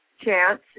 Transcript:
Chance